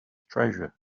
treasure